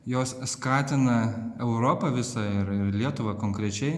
jos skatina europą visą ir ir lietuvą konkrečiai